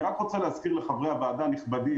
אני רק רוצה להזכיר לחברי הוועדה הנכבדים,